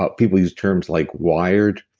ah people use terms like wired,